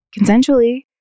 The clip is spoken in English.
consensually